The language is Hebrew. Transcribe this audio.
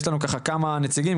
יש לנו כמה נציגים,